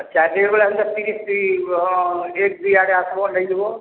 ଚାଏର୍ ଦିନ୍ ବେଲେ ହେନ୍ତା ତିରିଶ୍ ଦିନ୍ ଏକ ଦୁଇ ଆଡ଼େ ଆସ୍ବ ନେଇଯିବ